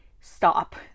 stop